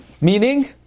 Meaning